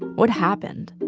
what happened?